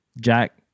Jack